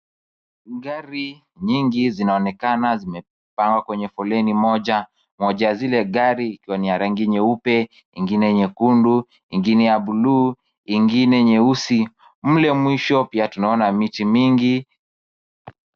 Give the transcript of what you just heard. Gari nyingi zinaonekana zimepangwa kwenye foleni moja. Moja ya zile gari ikiwa ni ya rangi nyeupe, ingine nyekundu, ingine ya bluu , ingine nyeusi. Mle mwisho pia tunaona michi mingi.